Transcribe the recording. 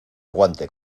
aguante